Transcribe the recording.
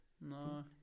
No